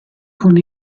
con